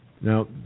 Now